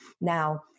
Now